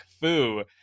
Fu